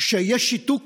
שיש שיתוק